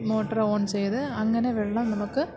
motor on ചെയ്ത് അങ്ങനെ വെള്ളം നമുക്ക്